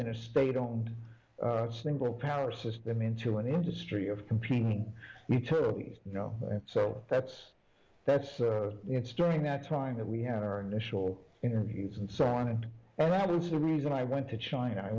been a state owned single power system into an industry of competing eternities know so that's that's it's during that time that we had our initial interviews and so on and and that was the reason i went to china i